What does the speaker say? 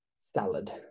salad